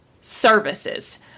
services